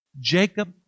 Jacob